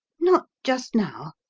not just now,